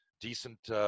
Decent